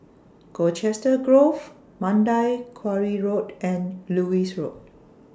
Colchester Grove Mandai Quarry Road and Lewis Road